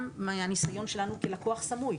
גם מהניסיון שלנו כלקוח סמוי.